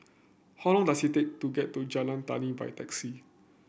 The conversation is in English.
how long does it take to get to Jalan Tani by taxi